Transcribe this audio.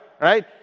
Right